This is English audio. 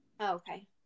Okay